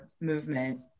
movement